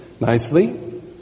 nicely